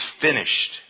finished